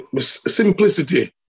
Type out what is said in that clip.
Simplicity